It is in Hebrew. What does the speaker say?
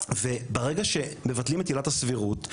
וברגע שמבטלים את עילת הסבירות,